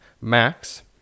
Max